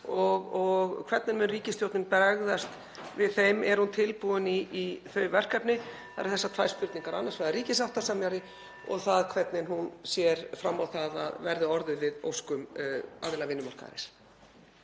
og hvernig mun ríkisstjórnin bregðast við þeim? Er hún tilbúin í þau verkefni? (Forseti hringir.) Það eru þessar tvær spurningar, annars vegar ríkissáttasemjari og það hvernig hún sér fram á að orðið verði við óskum aðila vinnumarkaðarins.